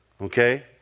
Okay